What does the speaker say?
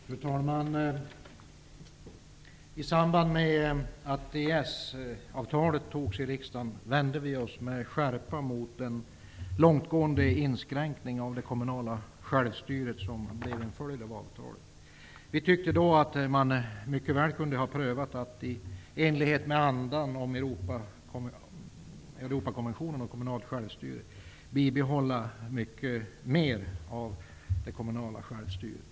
Fru talman! I samband med att riksdagen antog EES-avtalet, vände vi i Vänsterpartiet oss med skärpa mot den långtgående inskränkning av det kommunala självstyret som blir en följd av avtalet. Vi tycker att man i enlighet med andan i Europakonventionen om kommunalt självstyre mycket väl kunde ha försökt bibehålla mer av det kommunala självstyret.